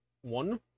one